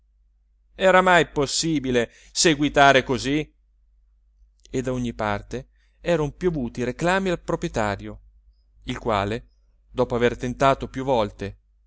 era mai possibile seguitare così e da ogni parte eran piovuti reclami al proprietario il quale dopo aver tentato più volte